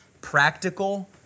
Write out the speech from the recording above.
practical